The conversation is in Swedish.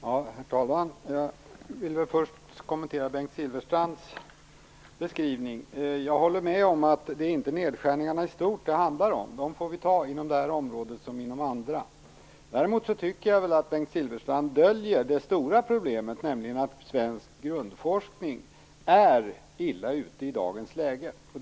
Herr talman! Jag vill först kommentera Bengt Silfverstrands beskrivning. Jag håller med om att det inte är nedskärningarna i stort som det handlar om. Vi får ta dem, inom det här området liksom inom andra. Däremot tycker jag väl att Bengt Silfverstrand döljer det stora problemet, nämligen att svensk grundforskning i dagens läge är illa ute.